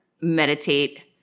meditate